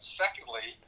secondly